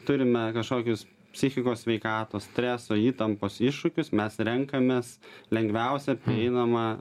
turime kažkokius psichikos sveikatos streso įtampos iššūkius mes renkamės lengviausią prieinamą